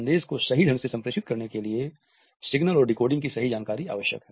संदेश को सही ढंग से संप्रेषित करने के लिए सिग्नल और डीकोडिंग की सही जानकारी अवास्यक है